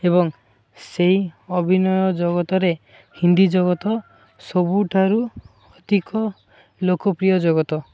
ଏବଂ ସେଇ ଅଭିନୟ ଜଗତରେ ହିନ୍ଦୀ ଜଗତ ସବୁଠାରୁ ଅଧିକ ଲୋକପ୍ରିୟ ଜଗତ